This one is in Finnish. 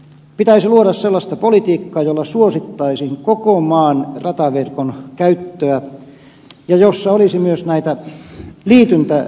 pitäisi luoda sellaista politiikkaa jolla suosittaisiin koko maan rataverkon käyttöä ja jossa olisi myös näitä liityntäraiteita